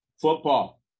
football